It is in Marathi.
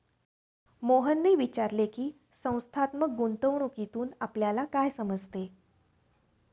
मोहनने विचारले की, संस्थात्मक गुंतवणूकीतून आपल्याला काय समजते?